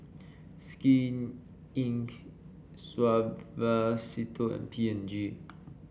Skin Inc Suavecito and P and G